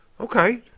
Okay